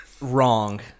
wrong